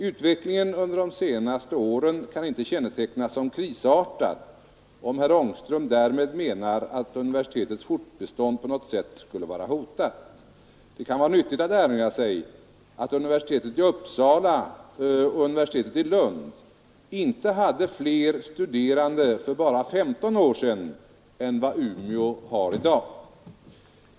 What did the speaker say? Utvecklingen under de senaste åren kan inte kännetecknas som krisartad om herr Ångström därmed menar att universitetets fortbestånd på något sätt skulle vara hotat. Det kan vara nyttigt att erinra sig att universiteten i Uppsala och Lund inte hade fler studerande för bara 15 år sedan än vad Umeå har i dag.